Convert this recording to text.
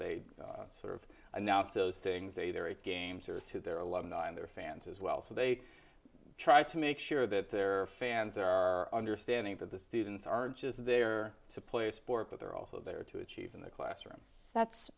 they sort of announce those things either eight games or to their alumni and their fans as well so they try to make sure that their fans are understanding that the students aren't just there to play a sport but they're also there to achieve in the classroom that's